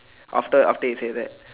after after he say that